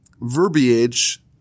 verbiage